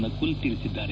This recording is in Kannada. ನಕುಲ್ ತಿಳಿಸಿದ್ದಾರೆ